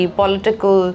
political